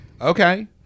okay